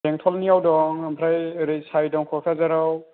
बेंटलनियाव दं ओमफ्राय ओरै साइ दं क'क्राझारआव